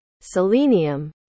selenium